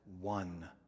one